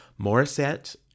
Morissette